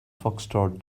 foxtrot